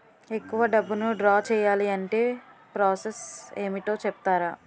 ఎక్కువ డబ్బును ద్రా చేయాలి అంటే ప్రాస సస్ ఏమిటో చెప్తారా?